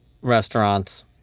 restaurants